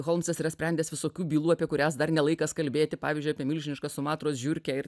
holmsas yra sprendęs visokių bylų apie kurias dar ne laikas kalbėti pavyzdžiui apie milžinišką sumatros žiurkę ir